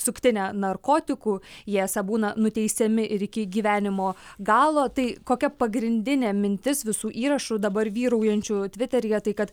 suktinę narkotikų jie esą būna nuteisiami ir iki gyvenimo galo tai kokia pagrindinė mintis visų įrašų dabar vyraujančių tviteryje tai kad